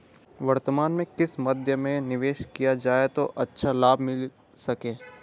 वर्तमान में किस मध्य में निवेश किया जाए जो अच्छा लाभ मिल सके?